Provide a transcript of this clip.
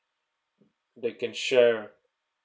that can share